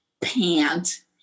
pant